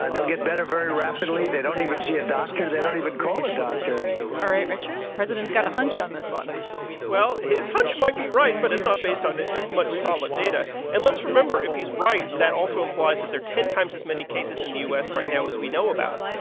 they'll get better very rapidly. they don't even see a doctor. they don't even call a doctor all right, richard, president's got a hunch on this one well, his hunch might be right, but it's not based on much solid data. and let's remember if he's right, that also implies that there are ten times as many cases in the u s. right now as we know about.